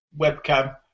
webcam